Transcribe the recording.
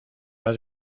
has